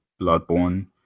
Bloodborne